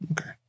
Okay